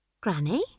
Granny